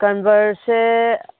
ꯀꯟꯚꯔꯁꯁꯦ